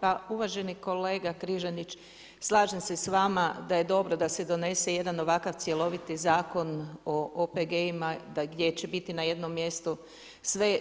Pa uvaženi kolega Križanić, slažem se sa vama da je dobro da se donese jedan ovakav cjeloviti zakon o OPG-ima, gdje će biti na jednom mjestu sve